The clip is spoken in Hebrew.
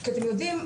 כי אתם יודעים,